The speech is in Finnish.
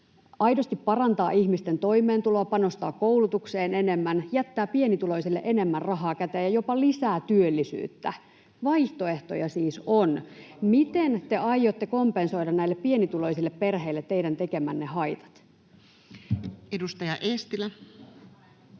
aidosti parantaa ihmisten toimeentuloa, panostaa koulutukseen enemmän, jättää pienituloisille enemmän rahaa käteen ja jopa lisää työllisyyttä. Vaihtoehtoja siis on. Miten te aiotte kompensoida näille pienituloisille perheille teidän tekemänne haitat? [Speech 70]